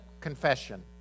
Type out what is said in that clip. confession